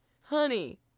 Honey